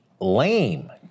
lame